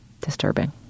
disturbing